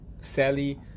Sally